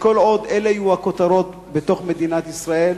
כל עוד אלה יהיו הכותרות במדינת ישראל,